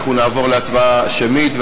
אנחנו נעבור להצבעה שמית,